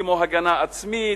כמו הגנה עצמית,